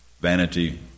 Vanity